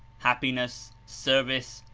hap piness, service,